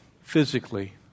physically